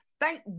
Thank